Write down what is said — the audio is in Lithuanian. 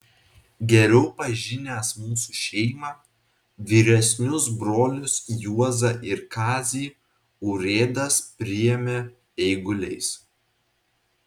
geriau pažinęs mūsų šeimą vyresnius brolius juozą ir kazį urėdas priėmė eiguliais